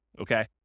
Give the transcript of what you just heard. okay